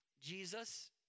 jesus